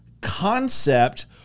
concept